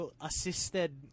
assisted